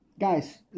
guys